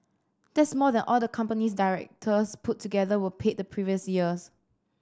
that's more than all the company's directors put together were paid the previous year